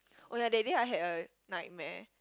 oh ya that day I had a nightmare